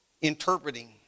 interpreting